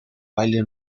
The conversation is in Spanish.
baile